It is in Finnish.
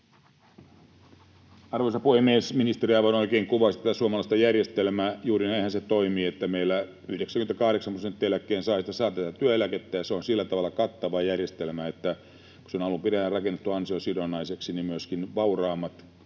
Arvoisa puhemies! Ministeri aivan oikein kuvasi tätä suomalaista järjestelmää. Juuri näinhän se toimii, että meillä 98 prosenttia eläkkeensaajista saa tätä työeläkettä, ja se on sillä tavalla kattava järjestelmä, että kun se on alun pitäen rakennettu ansiosidonnaiseksi, myöskin vauraammat